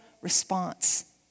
response